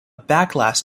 backlash